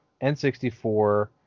N64